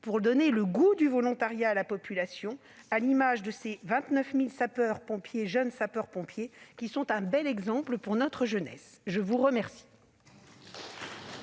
pour donner le goût du volontariat à la population, à l'image des 29 000 jeunes sapeurs-pompiers, qui sont un bel exemple pour notre jeunesse. La parole